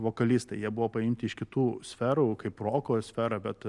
vokalistai jie buvo paimti iš kitų sferų kaip roko sfera bet